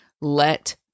let